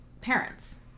parents